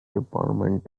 department